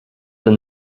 than